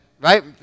right